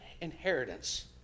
inheritance